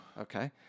Okay